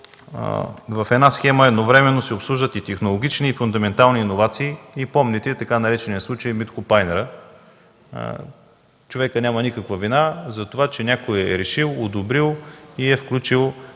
в една схема едновременно се обслужват технологични и фундаментални иновации – помните така наречения случай „Митко Пайнера”. Човекът няма никаква вина за това, че някой е решил, одобрил и е включил в рамките